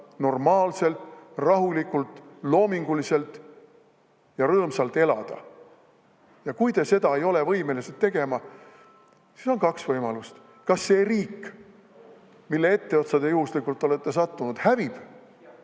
normaalselt, rahulikult, loominguliselt ja rõõmsalt elada. Ja kui te seda ei ole võimelised tegema, siis on kaks võimalust: kas see riik, mille etteotsa te juhuslikult olete sattunud, hävib